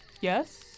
Yes